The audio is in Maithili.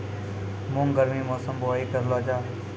मूंग गर्मी मौसम बुवाई करलो जा?